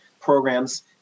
programs